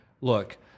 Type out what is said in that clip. look